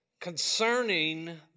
Concerning